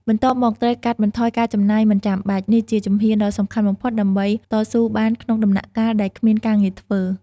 បន្ទាប់មក ត្រូវកាត់បន្ថយការចំណាយមិនចាំបាច់ នេះជាជំហានដ៏សំខាន់បំផុតដើម្បីតស៊ូបានក្នុងដំណាក់កាលដែលគ្មានការងារធ្វើ។